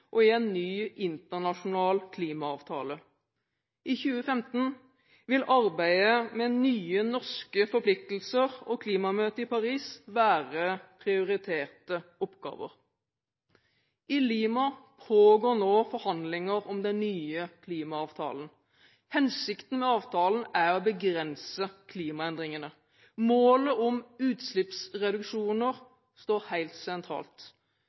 og i en ny internasjonal klimaavtale. I 2015 vil arbeidet med nye norske forpliktelser og klimamøtet i Paris være prioriterte oppgaver. I Lima pågår nå forhandlinger om den nye klimaavtalen. Hensikten med avtalen er å begrense klimaendringene. Målet om utslippsreduksjoner står helt sentralt.